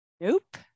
Nope